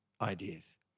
ideas